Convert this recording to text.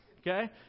Okay